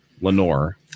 Lenore